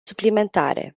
suplimentare